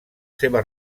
seva